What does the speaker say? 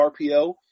RPO